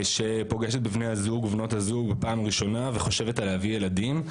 שפוגשת בבני הזוג ובבנות הזוג פעם ראשונה וחושבת על להביא ילדים,